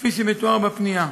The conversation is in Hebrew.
כפי שמתואר בפנייה.